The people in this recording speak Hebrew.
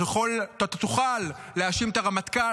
אתה תוכל להאשים את הרמטכ"ל,